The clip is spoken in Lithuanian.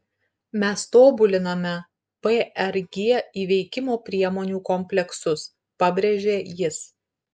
mes tobuliname prg įveikimo priemonių kompleksus pabrėžė jis